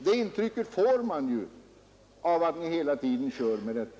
Det intrycket får man ju av att ni hela tiden kör med detta.